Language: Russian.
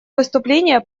выступление